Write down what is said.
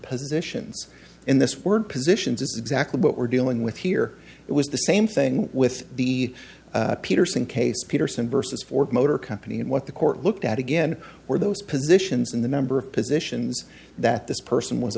positions in this word positions is exactly what we're dealing with here it was the same thing with the peterson case peterson versus ford motor company and what the court looked at again were those positions in the number of positions that this person was